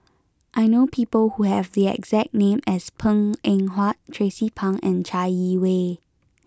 I know people who have the exact name as Png Eng Huat Tracie Pang and Chai Yee Wei